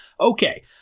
Okay